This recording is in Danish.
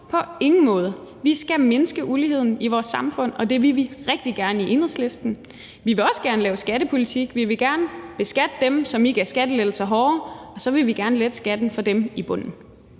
på ingen måde. Vi skal mindske uligheden i vores samfund, og det vil vi rigtig gerne i Enhedslisten. Vi vil også gerne lave skattepolitik, vi vil gerne beskatte dem, som I gav skattelettelser, hårdere, og så vil vi gerne lette skatten for dem i bunden.